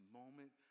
moment